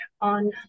on